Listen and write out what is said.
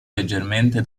leggermente